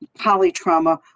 polytrauma